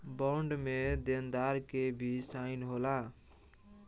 bond में देनदार के भी साइन होला